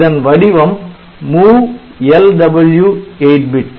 இதன் வடிவம் MOVLW 8 bit